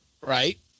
Right